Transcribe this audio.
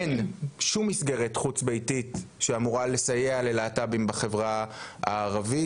אין שום מסגרת חוץ ביתית שאמורה לסייע ללהט״בים בחברה הערבית.